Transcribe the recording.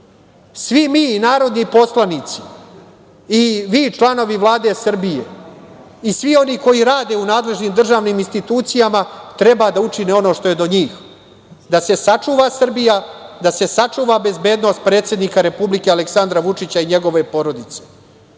mi narodni poslanici i vi, članovi Vlade Srbije, i svi oni koji rade u nadležnim državnim institucijama treba da učine ono što je do njih, da se sačuva Srbija, da se sačuva bezbednost predsednika Republike Aleksandra Vučića i njegove porodice,